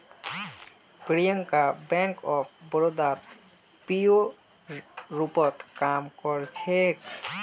Priyanka bank of बड़ौदात पीओर रूपत काम कर छेक